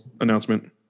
announcement